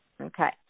Okay